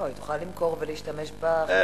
לא, היא תוכל למכור ולהשתמש בכסף.